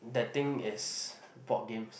that thing is board games